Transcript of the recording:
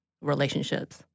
relationships